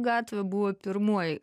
gatvė buvo pirmoji